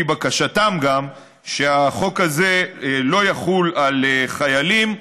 גם על פי בקשתם, שהחוק הזה לא יחול על חיילים.